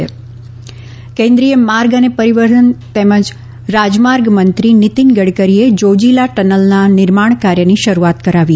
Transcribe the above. ત કેન્દ્રિય માર્ગ પરિવહન અને રાજમાર્ગ મંત્રી નીતિન ગડકરીએ જોજીલા ટનલના નિર્માણ કાર્યની શરૂઆત કરાવી